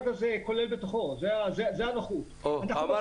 זו אכן הערה